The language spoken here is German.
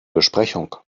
besprechung